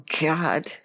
God